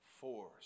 force